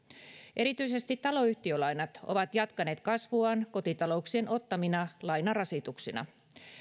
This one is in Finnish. erityisesti taloyhtiölainat ovat jatkaneet kasvuaan kotitalouksien ottamina lainarasituksina